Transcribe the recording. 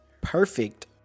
perfect